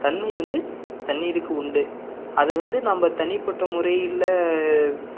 தன்மை வந்து தண்ணீருக்கு உண்டு அதை வந்து நம்ம தனிப்பட்ட முறையில்